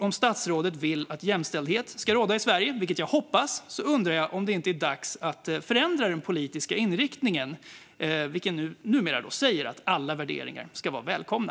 Om statsrådet vill att jämställdhet ska råda i Sverige, vilket jag hoppas, undrar jag om det inte är dags att förändra den politiska inriktningen, som numera alltså säger att alla värderingar ska vara välkomna.